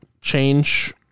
change